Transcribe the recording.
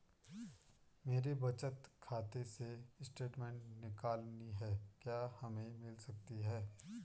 मेरे बचत खाते से स्टेटमेंट निकालनी है क्या हमें मिल सकती है?